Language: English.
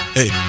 Hey